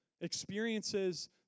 experiences